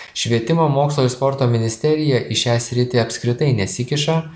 švietimo mokslo ir sporto ministerija į šią sritį apskritai nesikiša